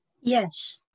yes